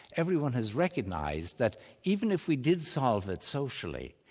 everyone has recognised that even if we did solve it socially,